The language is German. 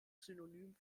synonym